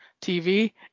TV